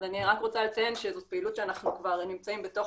אז אני רק רוצה לציין שזאת פעילות שאנחנו כבר נמצאים בתוך